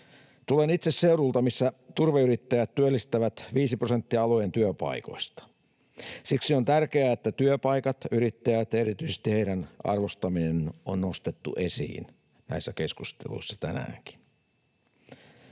Tulen itse seudulta, missä turveyrittäjät työllistävät 5 prosenttia alueen työpaikoista. Siksi on tärkeää, että työpaikat, yrittäjät ja erityisesti heidän arvostamisensa on nostettu esiin näissä keskusteluissa tänäänkin.